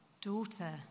Daughter